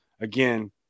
again